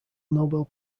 nobel